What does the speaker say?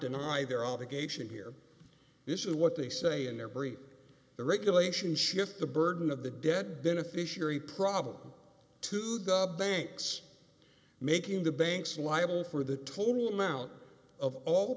deny their obligation here this is what they say in their brief the regulation shift the burden of the debt beneficiary problem to dob banks making the banks liable for the total amount of all